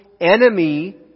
enemy